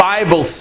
Bible